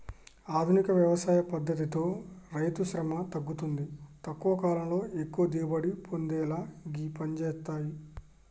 ఆధునిక వ్యవసాయ పద్దతితో రైతుశ్రమ తగ్గుతుంది తక్కువ కాలంలో ఎక్కువ దిగుబడి పొందేలా గివి పంజేత్తయ్